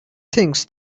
things